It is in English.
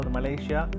Malaysia